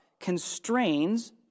constrains